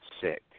sick